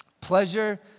Pleasure